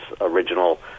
original